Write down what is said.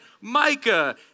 Micah